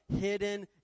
hidden